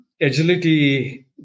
agility